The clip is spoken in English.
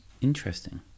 interesting